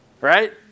right